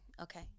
Okay